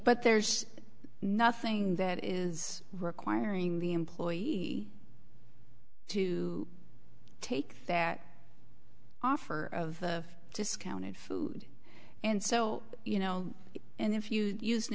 but there's nothing that is requiring the employee to take that offer of discounted food and so you know and if you use an